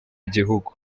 igihugu